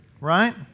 Right